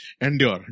Endure